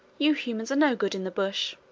you humans are no good in the bush!